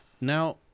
Now